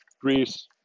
Greece